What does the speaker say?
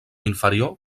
inferior